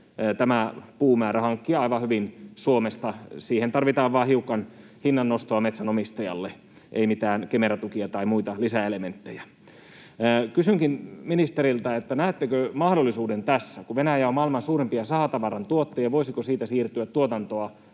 tämä puumäärä hankkia aivan hyvin Suomesta. Siihen tarvitaan vain hiukan hinnannostoa metsänomistajalle, ei mitään Kemera-tukia tai muita lisäelementtejä. Kysynkin ministeriltä, näettekö mahdollisuuden tässä, kun Venäjä on maailman suurimpia sahatavaran tuottajia: voisiko siitä siirtyä tuotantoa